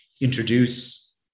introduce